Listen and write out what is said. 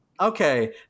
Okay